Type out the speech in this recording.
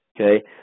Okay